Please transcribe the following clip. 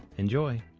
enjoy!